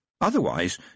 Otherwise